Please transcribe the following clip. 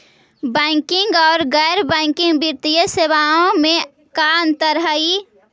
Banking और गैर banking वित्तीय सेवाओं में का अंतर हइ?